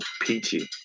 peachy